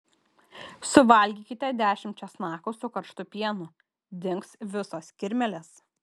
suvalgykite dešimt česnakų su karštu pienu dings visos kirmėlės